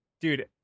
Dude